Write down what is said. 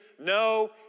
no